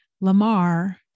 Lamar